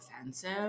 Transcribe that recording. offensive